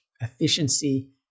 efficiency